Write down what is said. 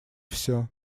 всё